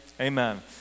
amen